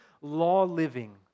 law-living